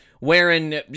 wearing